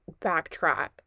backtrack